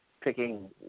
picking